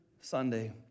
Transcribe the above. Sunday